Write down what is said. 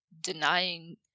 denying